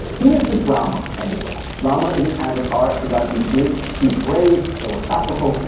who is this rama anyway? rama is an avatar of the god vishnu. he's brave, philosophical,